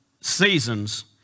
seasons